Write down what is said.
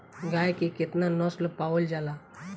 गाय के केतना नस्ल पावल जाला?